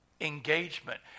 engagement